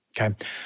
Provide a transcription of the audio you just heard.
okay